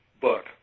book